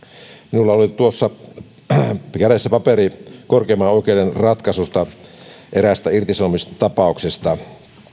minulla oli tuossa kädessäni paperi korkeimman oikeuden ratkaisusta eräästä irtisanomistapauksesta